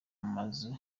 mazu